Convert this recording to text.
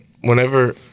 whenever